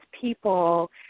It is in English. people